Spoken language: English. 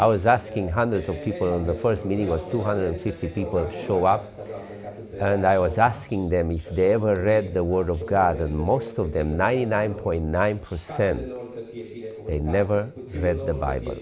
i was asking hundreds of people on the first meeting was two hundred fifty people show up and i was asking them if they ever read the word of god and most of them ninety nine point nine percent they never read the bible